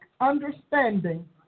understanding